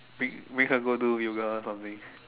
make make her go do yoga or something